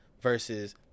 versus